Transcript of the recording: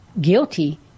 guilty